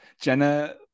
jenna